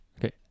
Okay